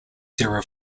sara